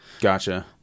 Gotcha